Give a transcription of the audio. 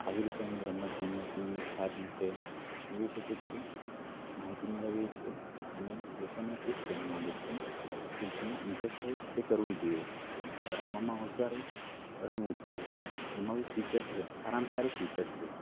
આવી રીતે અમે રમતગમતની સારી રીતે મેળવી શકે છીએ માહિતી મેળવીએ છીએ અને લોકોને એજ કહેવા માંગુ છુ કે જેમાં ઇન્ટરેસ્ટ હોય એ કરવું જોઈએ રમવામાં હોશિયાર હોય રમવું જોઈએ એમાં બી ફ્યુચર છે સારામાં સારું ફ્યુચર છે